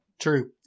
true